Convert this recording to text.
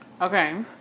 Okay